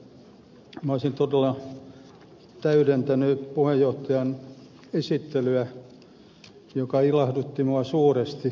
minä olisin todella täydentänyt muutamalla sanalla puheenjohtajan esittelyä joka ilahdutti minua suuresti